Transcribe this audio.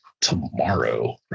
tomorrow